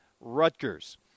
Rutgers